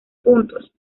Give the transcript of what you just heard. puntos